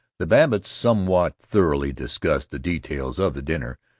the babbitts somewhat thoroughly discussed the details of the dinner,